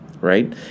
right